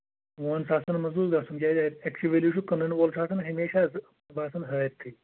وُہَن ساسَن منٛز گوٚژھ گژھُن کیٛازِ اَتہِ اٮ۪کچُؤلی چھُ کٕنَن وول چھُ آسان ہَمیشہِ حظ مےٚ باسان ہٲرۍتھٕے